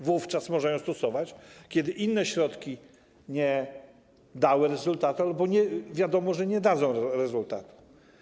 Wówczas można ją stosować, kiedy inne środki nie dały rezultatu albo wiadomo, że nie dadzą rezultatu.